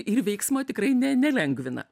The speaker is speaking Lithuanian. ir veiksmo tikrai nelengvina